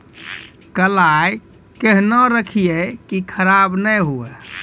कलाई केहनो रखिए की खराब नहीं हुआ?